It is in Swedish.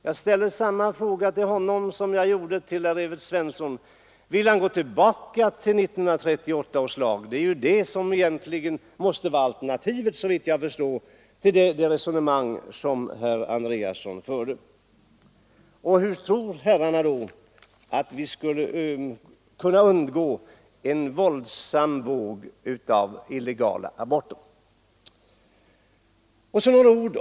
Jag ställer samma fråga till honom som till herr Evert Svensson: Vill han gå tillbaka till 1938 års lag? Det är det som egentligen måste vara alternativet, såvitt jag förstår, enligt det resonemang som herr Andreasson för. Hur tror herrarna då att vi skulle kunna undgå en våldsam ökning av antalet illegala aborter?